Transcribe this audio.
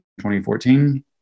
2014